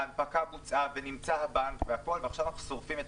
ההנפקה בוצעה ונמצא הבנק והכול ועכשיו אנחנו שורפים את